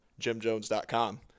jimjones.com